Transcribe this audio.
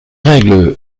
règles